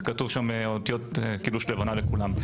זה כתוב שם באותיות קידוש לבנה לכולם.